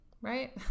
right